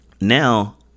Now